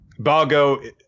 Bago